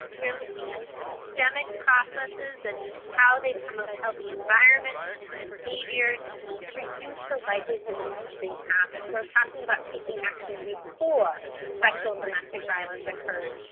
we are looking at systemic processes and how they promote healthy environments and behaviors to reduce the likelihood that something happens. so we're um talking about taking action before sexual and domestic violence occurs.